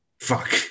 Fuck